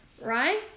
Right